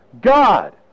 God